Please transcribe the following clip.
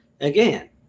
Again